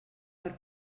per